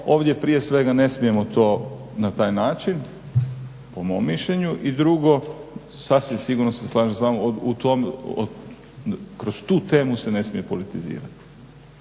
ovdje prije svega ne smijemo to na taj način, po mom mišljenju. I drugo, sasvim sigurno se slažem sa vama u tom, kroz tu temu se ne smije politizirati,